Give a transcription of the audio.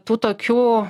tų tokių